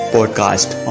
Podcast